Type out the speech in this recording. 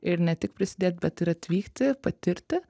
ir ne tik prisidėt bet ir atvykti patirti